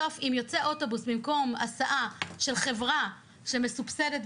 אם יוצא אוטובוס במקום הסעה של חברה שמסובסדת,